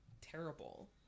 terrible